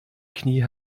knie